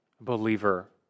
believer